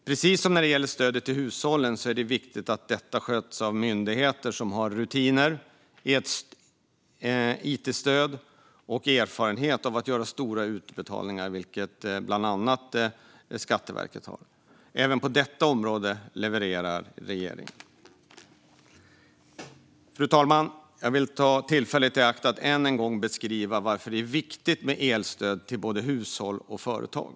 Precis som när det gäller stödet till hushållen är det viktigt att detta sköts av en myndighet som har rutiner, it-stöd och erfarenhet av att göra stora utbetalningar, vilket bland andra Skatteverket har. Även på detta område levererar regeringen. Fru talman! Jag vill ta tillfället i akt att än en gång beskriva varför det är viktigt med elstöd till både hushåll och företag.